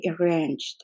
arranged